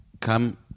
come